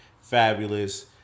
Fabulous